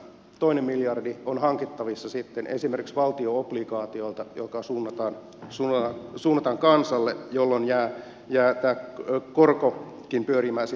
toinen miljardi on hankittavissa sitten esimerkiksi valtionobligaatioilta ja se suunnataan kansalle jolloin jää korkokin pyörimään sitten kansantalouteen